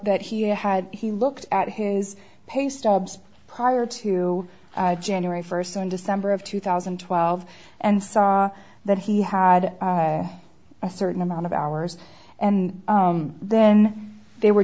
that he had he looked at his pay stubs prior to january first in december of two thousand and twelve and saw that he had a certain amount of hours and then they were